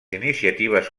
iniciatives